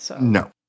No